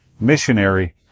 missionary